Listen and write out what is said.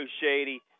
Shady